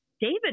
David